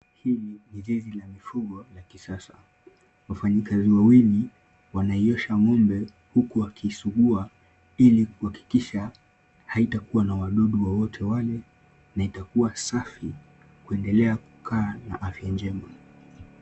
Hili ni zizi la mifugo la kisasa. Wafanyikazi wawili wanaiosha ng'ombe huku wakiisugua ili kuhakikisha haitakuwa na wadudu wowote wale na itakuwa safi kuendelea kukaa na afya njema.